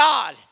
God